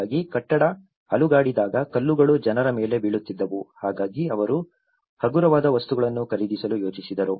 ಹಾಗಾಗಿ ಕಟ್ಟಡ ಅಲುಗಾಡಿದಾಗ ಕಲ್ಲುಗಳು ಜನರ ಮೇಲೆ ಬೀಳುತ್ತಿದ್ದವು ಹಾಗಾಗಿ ಅವರು ಹಗುರವಾದ ವಸ್ತುಗಳನ್ನು ಖರೀದಿಸಲು ಯೋಚಿಸಿದರು